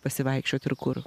pasivaikščiot ir kur